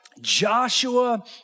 Joshua